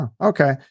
okay